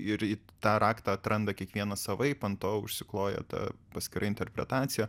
ir į tą raktą atranda kiekvienas savaip ant to užsikloja ta paskira interpretacija